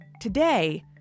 Today